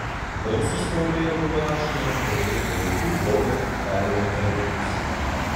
rusų spaudoje buvo rašoma jog grupė vaikų vogė kaime ėriukus